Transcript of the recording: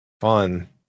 fun